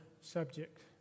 subject